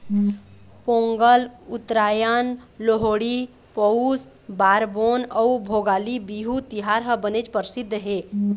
पोंगल, उत्तरायन, लोहड़ी, पउस पारबोन अउ भोगाली बिहू तिहार ह बनेच परसिद्ध हे